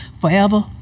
forever